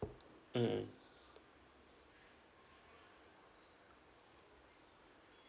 mm